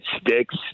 sticks